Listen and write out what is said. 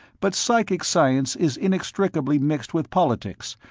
but psychic science is inextricably mixed with politics,